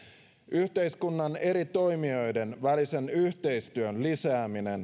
yhteiskunnan eri toimijoiden välisen yhteistyön lisääminen